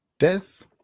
Death